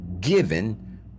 given